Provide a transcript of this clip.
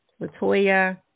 Latoya